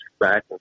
back